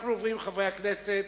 אנחנו עוברים, חברי הכנסת,